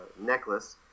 necklace